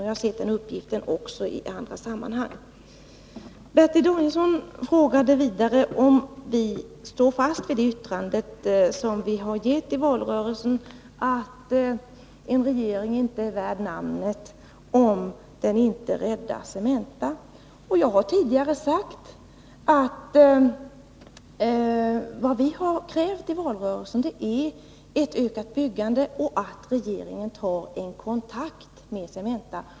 Jag har sett den uppgiften också i andra sammanhang. Bertil Danielsson frågade vidare om vi står fast vid det yttrande som vi gjorde i valrörelsen, att en regering inte är värd namnet om den inte räddar Cementa. Jag har tidigare sagt att det vi krävde i valrörelsen var ett ökat byggande och att regeringen skall ta en kontakt med Cementa.